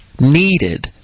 needed